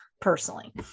personally